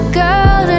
girl